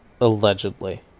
Allegedly